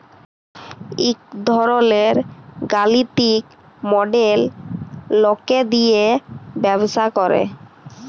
ইক ধরলের গালিতিক মডেল লকে দিয়ে ব্যবসা করে